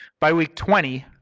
by week twenty,